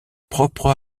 propre